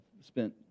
spent